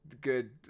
good